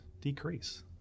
decrease